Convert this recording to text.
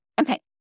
Okay